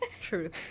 Truth